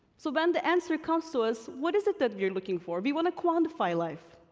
so when the answer comes to us, what is it that we are looking for? we wanna quantify life,